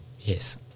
Yes